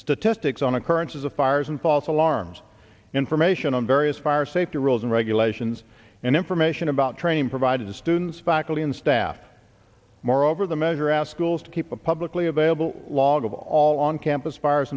statistics on occurrences of fires and false alarms information on various fire safety rules and regulations and information about training provided to students faculty and staff moreover the measure out schools to keep a publicly available log of all on campus fires